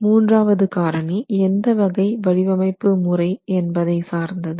மூன்றாவது காரணி எந்த வகை வடிவமைப்பு முறை என்பதை சார்ந்தது